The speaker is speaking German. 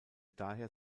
daher